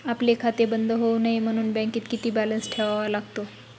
आपले खाते बंद होऊ नये म्हणून बँकेत किती बॅलन्स ठेवावा लागतो?